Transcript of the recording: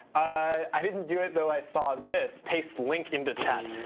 i didn't do it, though i saw this. paste link into chat.